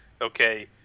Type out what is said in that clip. okay